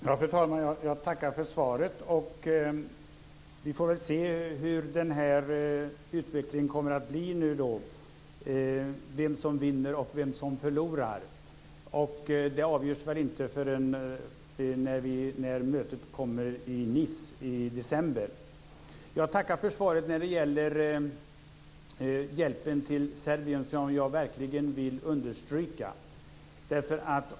Fru talman! Jag tackar för svaret. Vi får väl se hur utvecklingen kommer att bli nu, vem som vinner och vem som förlorar. Det avgörs väl inte förrän vid mötet i Nice i december. Jag tackar för svaret när det gäller hjälpen till Serbien som jag verkligen vill understryka behovet av.